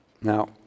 Now